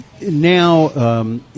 now